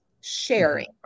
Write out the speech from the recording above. Sharing